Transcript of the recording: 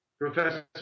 Professor